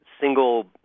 single